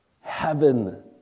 heaven